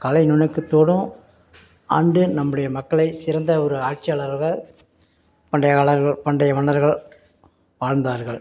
கலை நுணுக்கத்தோடும் அன்று நம்முடைய மக்களை சிறந்த ஒரு ஆட்சியாளராக பண்டைய காலர்கள் பண்டைய மன்னர்கள் வாழ்ந்தார்கள்